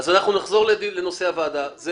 אנחנו נחזור לנושא הוועדה.